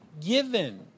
given